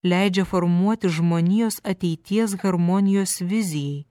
leidžia formuotis žmonijos ateities harmonijos vizijai